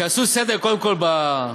שיעשו סדר קודם כול במיליארדים,